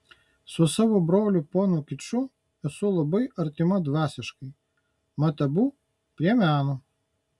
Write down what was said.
su savo broliu ponu kiču esu labai artima dvasiškai mat abu prie meno